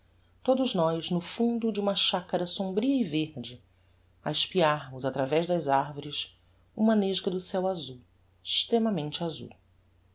todos nós no fundo do uma chacara sombria e verde a espiarmos atravez das arvores uma nesga do ceu azul extremamente azul